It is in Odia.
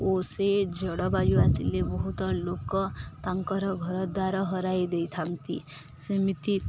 ଓ ସେ ଝଡ଼ବାୟୁ ଆସିଲେ ବହୁତ ଲୋକ ତାଙ୍କର ଘରଦ୍ୱାର ହରେଇ ଦେଇଥାନ୍ତି ସେମିତି